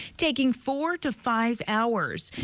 taking four to five hours.